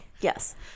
Yes